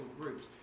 groups